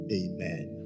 amen